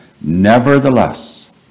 Nevertheless